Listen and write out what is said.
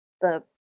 the-